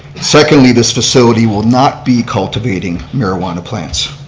secondly, this facility will not be cultivating marijuana plants,